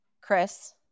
Chris